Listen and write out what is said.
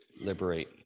liberate